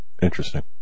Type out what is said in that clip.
interesting